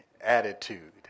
attitude